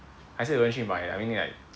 还是有人去买 I mean like